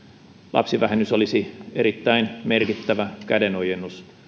lapsivähennys olisi erittäin merkittävä kädenojennus